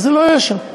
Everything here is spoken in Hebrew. אז זה לא יהיה שם.